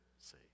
see